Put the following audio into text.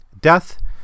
Death